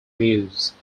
meuse